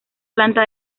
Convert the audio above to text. planta